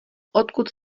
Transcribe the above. odkud